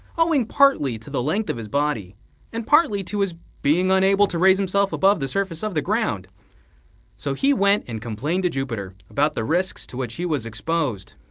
owing partly to the length of his body and partly to his being unable to raise himself above the surface of the ground so he went and complained to jupiter about the risks to which he was exposed.